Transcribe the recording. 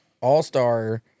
All-Star